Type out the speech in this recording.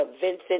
Vincent